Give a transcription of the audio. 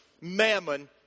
mammon